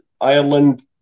Ireland